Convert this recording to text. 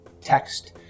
text